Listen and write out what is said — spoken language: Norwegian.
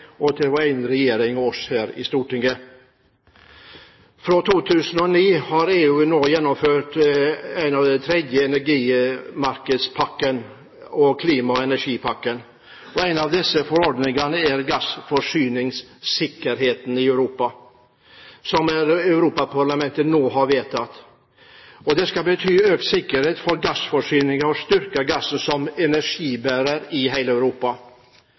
til vår egen regjering og til oss her i Stortinget. Fra 2009 har EU nå gjennomført den tredje energimarkedspakken og klima- og energipakken. En av disse forordningene er gassforsyningssikkerheten i Europa, som Europaparlamentet nå har vedtatt. Det skal bety økt sikkerhet for gassforsyningen og styrke gass som energibærer i hele Europa.